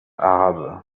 arabes